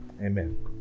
amen